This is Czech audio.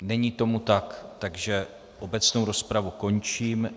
Není tomu tak, takže obecnou rozpravu končím.